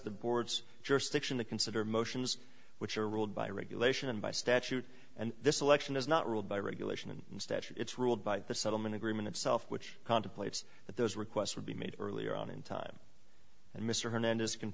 the board's jurisdiction to consider motions which are ruled by regulation and by statute and this selection is not ruled by regulation and instead it's ruled by the settlement agreement itself which contemplates that those requests would be made earlier on in time and mr hernandez can